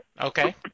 Okay